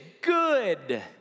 good